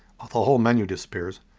the whole menu disappears.